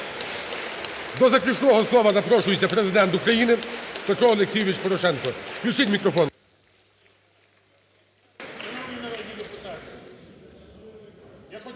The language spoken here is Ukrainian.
До заключного слова запрошується Президент України Петро Олексійович Порошенко.